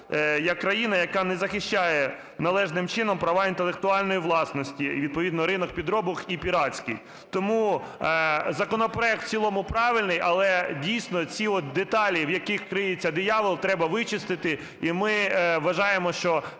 як країна, яка не захищає належним чином права інтелектуальної власності і відповідно ринок підробок, і піратський. Тому законопроект в цілому правильний. Але, дійсно, ці от деталі, в яких криється диявол, треба вичистити, і ми вважаємо, що